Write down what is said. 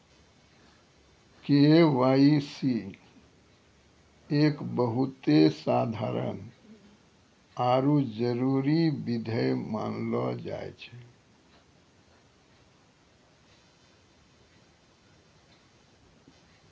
KYC एक बहुते साधारण आरु जरूरी विधि मानलो जाय छै